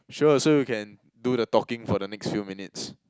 sure so you can do the talking for the next few minutes